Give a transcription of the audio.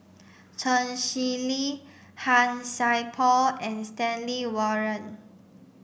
Chen Shiji Han Sai Por and Stanley Warren